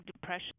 depression